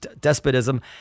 despotism